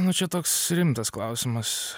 nu čia toks rimtas klausimas